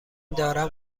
دارم